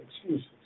excuses